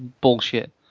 bullshit